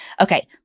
Okay